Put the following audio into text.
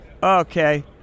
Okay